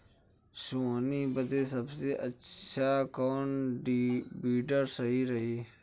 सोहनी बदे सबसे अच्छा कौन वीडर सही रही?